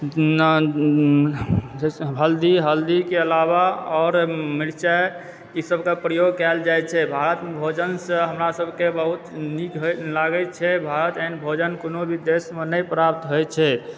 हल्दी हल्दी के अलावा आओर मिरचाइ ईसब के प्रयोग कयल जाइ छै भारतमे भोजन से हमरा सबके बहुत नीक होइत लागैत छै भारत एहन भोजन कोनो भी देशमे नहि प्राप्त होइ छै